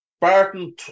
Barton